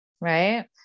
Right